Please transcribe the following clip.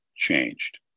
changed